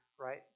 right